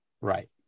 right